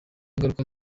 ingaruka